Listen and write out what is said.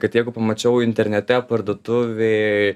kad jeigu pamačiau internete parduotuvėj